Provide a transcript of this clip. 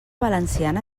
valenciana